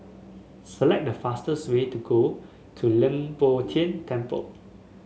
select the fastest way to go to Leng Poh Tian Temple